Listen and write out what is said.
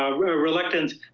reluctant